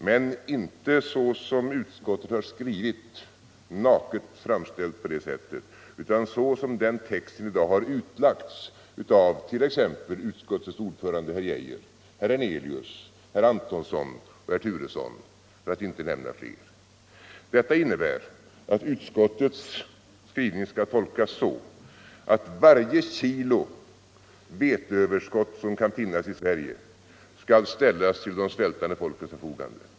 Dock ansluter jag mig inte till den nakna framställning som utskottsmajoritetens skrivning utgör utan till denna skrivning som den i dag har utlagts av t.ex. utskottets ordförande herr Arne Geijer i Stockholm, herr Hernelius, herr Antonsson och herr Turesson. Detta innebär att utskottets skrivning skall tolkas så att för det första varje kilo veteöverskott som kan finnas i Sverige skall ställas till de svältande folkens förfogande.